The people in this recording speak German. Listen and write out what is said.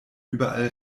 überall